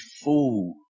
fool